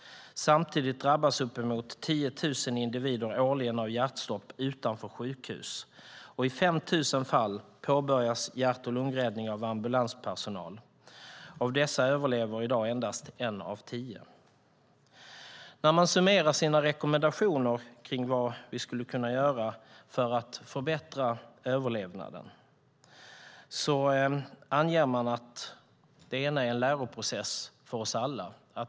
Samtidigt drabbas uppemot 10 000 individer årligen av hjärtstopp utanför sjukhus. I 5 000 fall påbörjas hjärt och lungräddning av ambulanspersonal. Av dessa överlever i dag endast en av tio. När experterna summerar sina rekommendationer för vad vi skulle kunna göra för att förbättra överlevnaden anger de att det ena är en läroprocess för oss alla.